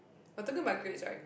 we're talking about grades right